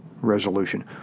resolution